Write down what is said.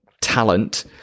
talent